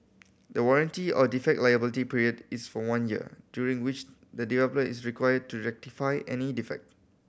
the warranty or defect liability period is for one year during which the developer is required to rectify any defect